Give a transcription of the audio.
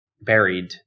buried